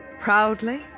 Proudly